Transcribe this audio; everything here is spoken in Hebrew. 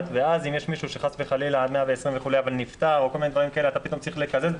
ואם יש מישהו שנפטר אתה פתאום צריך לקזז,